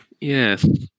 Yes